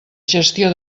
gestió